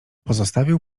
pozostawił